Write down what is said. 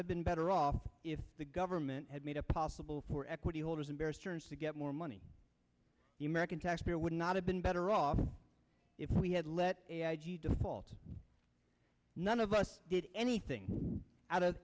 have been better off if the government had made a possible for equity holders in bear stearns to get more money the american taxpayer would not have been better off if we had let default none of us did anything out of